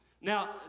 Now